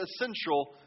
essential